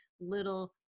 little